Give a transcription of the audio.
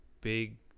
Big